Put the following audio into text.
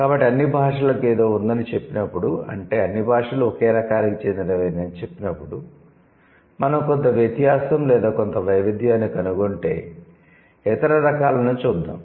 కాబట్టి అన్ని భాషలకు ఏదో ఉందని చెప్పినప్పుడు అంటే అన్ని భాషలు ఒకే రకానికి చెందినవి అని చెప్పినప్పుడు మనం కొంత వ్యత్యాసం లేదా కొంత వైవిధ్యాన్ని కనుగొంటే ఇతర రకాలను చూద్దాం